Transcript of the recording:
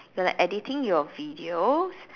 you're like editing your videos